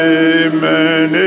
amen